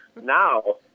now